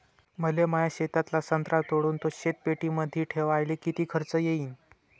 मले माया शेतातला संत्रा तोडून तो शीतपेटीमंदी ठेवायले किती खर्च येईन?